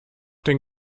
den